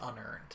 unearned